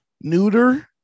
Neuter